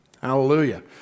Hallelujah